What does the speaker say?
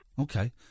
Okay